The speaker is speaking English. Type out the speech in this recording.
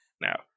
now